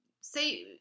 say